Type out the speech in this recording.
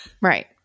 Right